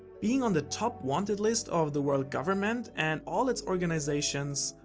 being on the top wanted list of the world government and all its organizations,